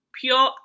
Pure